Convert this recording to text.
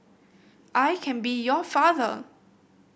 I can be your father